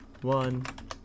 One